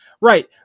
right